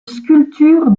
sculpture